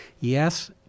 yes